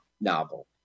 novel